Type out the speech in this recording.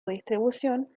distribución